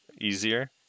easier